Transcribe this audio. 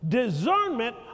discernment